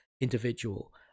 individual